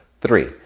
three